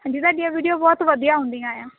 ਹਾਂਜੀ ਤੁਹਾਡੀਆਂ ਵੀਡੀਓ ਬਹੁਤ ਵਧੀਆ ਹੁੰਦੀਆਂ ਆਂ